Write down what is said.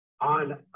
on